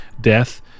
death